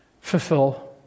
fulfill